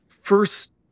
first